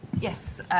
Yes